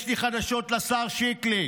יש לי חדשות לשר שיקלי: